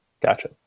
Gotcha